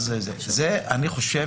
אני חושב